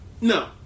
No